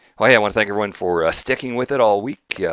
why hey, i want to thank everyone for sticking with it all week yeah